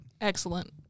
Excellent